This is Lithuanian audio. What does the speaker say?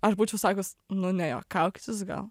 aš būčiau sakius nu nejuokaukit jūs gal